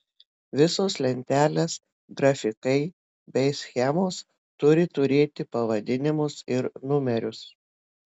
visos lentelės grafikai bei schemos turi turėti pavadinimus ir numerius